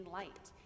light